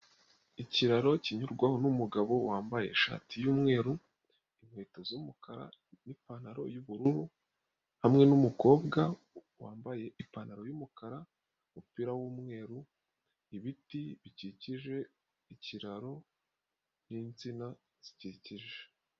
Ikiraro kinyurwaho n'umugabo wambaye ishati y'umweru, inkweto z'umukara n'ipantaro y'ubururu hamwe n'umukobwa wambaye ipantaro y'umukara n'umupira wumweru, ibiti bikikije ikiraro n'insina zikikije.